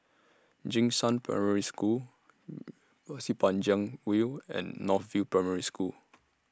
Jing Shan Primary School Pasir Panjang View and North View Primary School